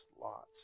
lots